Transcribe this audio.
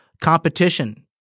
competition